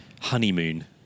Honeymoon